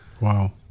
Wow